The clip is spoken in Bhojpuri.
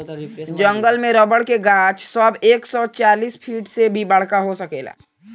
जंगल में रबर के गाछ सब एक सौ चालीस फिट से भी बड़का हो सकेला